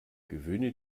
gewöhne